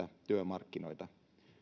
työmarkkinoita